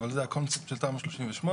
אבל זה הקונספט של תמ"א 38,